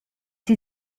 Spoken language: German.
sie